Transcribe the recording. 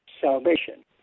salvation